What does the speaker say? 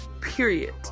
period